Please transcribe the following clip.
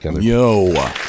yo